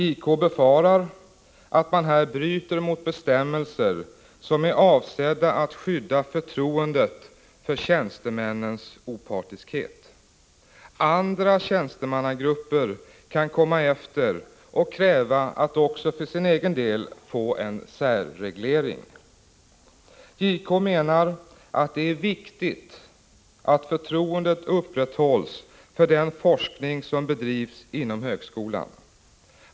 JK befarar att man här bryter mot bestämmelser som är avsedda att skydda förtroendet för tjänstemännens opartiskhet. Andra tjänstemannagrupper kan komma efter och kräva att också för sin del få en särreglering. JK menar att det är viktigt att förtroendet upprätthålls för den forskning som bedrivs inom högskolan.